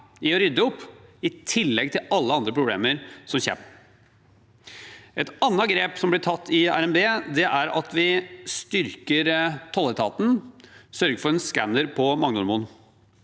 å rydde opp, i tillegg til alle andre problemer som kommer. Et annet grep som ble tatt i RNB, er at vi styrker tolletaten og sørger for en skanner på Magnormoen.